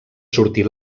sortir